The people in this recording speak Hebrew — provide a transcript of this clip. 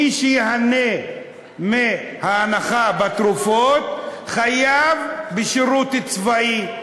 מי שייהנה מההנחה בתרופות חייב בשירות צבאי.